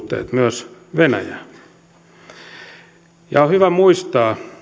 hyvät suhteet myös venäjään on hyvä muistaa